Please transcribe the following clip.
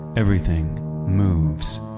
everything moves.